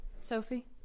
Sophie